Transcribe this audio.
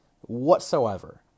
whatsoever